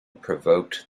provoked